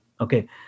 Okay